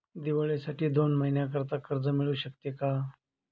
दिवाळीसाठी दोन महिन्याकरिता कर्ज मिळू शकते का?